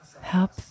help